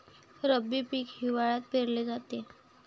रब्बी पीक हिवाळ्यात पेरले जाते